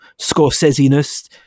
scorsese-ness